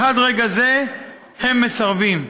אך עד רגע זה הם מסרבים.